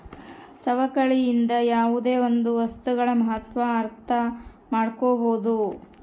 ಸವಕಳಿಯಿಂದ ಯಾವುದೇ ಒಂದು ವಸ್ತುಗಳ ಮಹತ್ವ ಅರ್ಥ ಮಾಡ್ಕೋಬೋದು